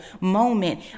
moment